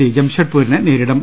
C ജംഷഡ്പൂ രിനെ നേരിടും